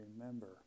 Remember